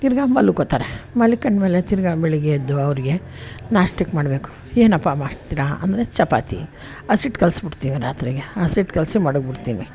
ತಿರ್ಗಾ ಮಲ್ಕೋತಾರೆ ಮಲ್ಕೊಂಡ್ಮೇಲೆ ತಿರ್ಗಾ ಬೆಳಗ್ಗೆ ಎದ್ದು ಅವ್ರಿಗೆ ನಾಷ್ಟಕ್ಕೆ ಮಾಡಬೇಕು ಏನಪ್ಪಾ ಮಾಡ್ತೀರಾ ಅಂದರೆ ಚಪಾತಿ ಹಸಿಟ್ಟು ಕಲಸ್ಬಿಡ್ತೀವಿ ರಾತ್ರಿಗೆ ಆ ಹಸಿಟ್ಟು ಕಲಸಿ ಮಡಗ್ಬಿಡ್ತೀನಿ